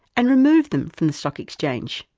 and remove them from the stock exchange.